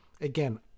again